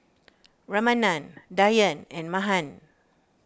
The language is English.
Ramanand Dhyan and Mahan